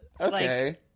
Okay